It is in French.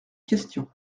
question